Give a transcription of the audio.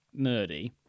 nerdy